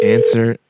Answer